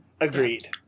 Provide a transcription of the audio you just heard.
Agreed